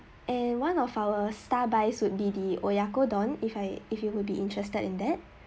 and one of our star buys would be the oyakodon if I if you would be interested in that